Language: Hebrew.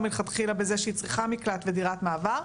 מלכתחילה בזה שהיא צריכה מקלט ודירת מעבר,